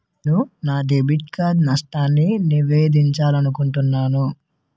నేను నా debit card నష్టాన్ని నివేదించాలనుకుంటున్నాను